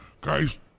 Guy's